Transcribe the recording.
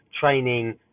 training